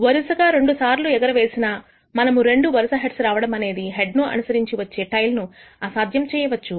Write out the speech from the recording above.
వరుసగా రెండుసార్లు ఎగరవేసిన మనము రెండు వరుస హెడ్స్ రావడమనేది హెడ్ ను అనుసరించి వచ్చే టెయిల్ ను అసాధ్యం చేయడం చూడవచ్చు